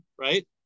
right